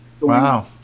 Wow